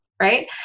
Right